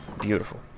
beautiful